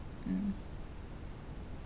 mm